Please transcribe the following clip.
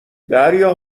دریا